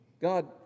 God